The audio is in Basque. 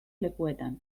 lekuetan